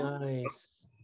nice